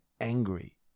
angry